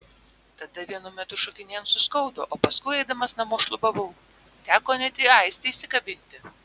tada vienu metu šokinėjant suskaudo o paskui eidamas namo šlubavau teko net į aistę įsikabinti